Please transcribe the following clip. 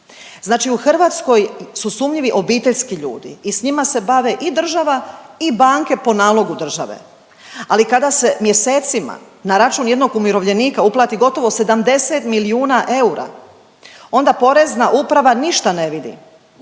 Znači u Hrvatskoj su sumnjivi obiteljski ljudi i s njima se bave i država i banke po nalogu države, ali kada se mjesecima na račun jednog umirovljenika uplati gotovo 70 milijuna eura onda Porezna uprava ništa ne vidi.